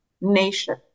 Nation